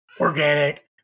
organic